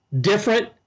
different